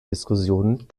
diskussionen